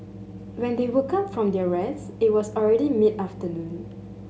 when they woke up from their rest it was already mid afternoon